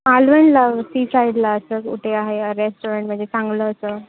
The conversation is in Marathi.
मालवणला सी साईडला असं कुठे आहे रेस्टॉरंट म्हणजे चांगलं असं